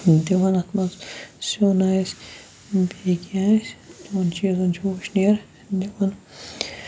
دِوان اَتھ منٛز سیُٚن آسہِ بیٚیہِ کینٛہہ آسہِ تِمَن چیٖزَن چھِ وٕشنیر دِوان